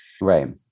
right